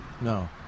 no